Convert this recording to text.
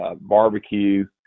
barbecue